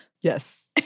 Yes